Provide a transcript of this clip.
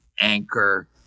anchor